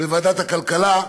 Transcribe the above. בוועדת הכלכלה,